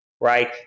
right